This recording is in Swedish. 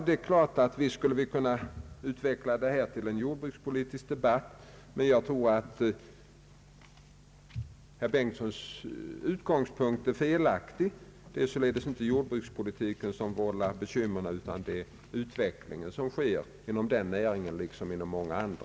Det är klart att vi skulle kunna utveckla denna diskussion till en jordbrukspolitisk debatt, men jag tror herr Bengtsons utgångspunkt är felaktig. Det är således inte jordbrukspolitiken som vållar bekymren utan det är den utveckling som sker inom denna näringsgren liksom i många andra.